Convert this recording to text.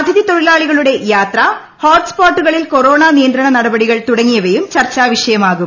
അതിഥി തൊഴിലാളികളുടെ യാത്ര ഹോട്ട് സ്പോട്ടുകളിൽ കൊറോണ നിയന്ത്രണ നടപടികൾ തുടങ്ങിയവയും ചർച്ചാ വിഷയമാകും